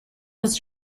was